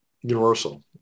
universal